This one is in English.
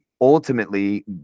ultimately